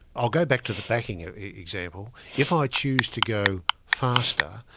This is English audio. i'll go back to the backing example. if i choose to go faster,